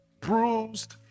bruised